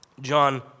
John